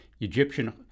Egyptian